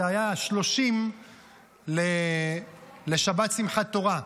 זה היה השלושים לשבת שמחת תורה.